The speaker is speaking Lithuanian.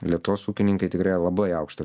lietuvos ūkininkai tikrai labai aukštą